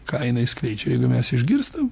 ką jinai skleidžia jeigu mes išgirstam